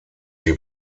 die